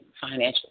financial